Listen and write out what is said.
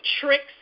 tricks